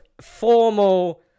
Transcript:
formal